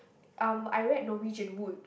um I read Norwegian Wood